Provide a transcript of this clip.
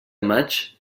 maig